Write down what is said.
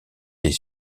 est